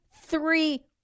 three